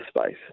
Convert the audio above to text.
space